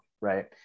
right